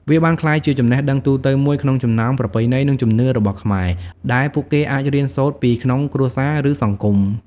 វាបានក្លាយជាចំណេះដឹងទូទៅមួយក្នុងចំណោមប្រពៃណី និងជំនឿរបស់ខ្មែរ ដែលពួកគេអាចរៀនសូត្រពីក្នុងគ្រួសារ ឬសង្គម។